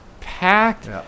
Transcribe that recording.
packed